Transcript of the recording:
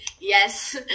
yes